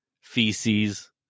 feces